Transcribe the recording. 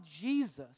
Jesus